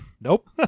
Nope